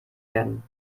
werden